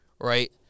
right